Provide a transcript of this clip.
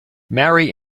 marry